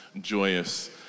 joyous